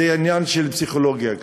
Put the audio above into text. זה עניין של פסיכולוגיה גם.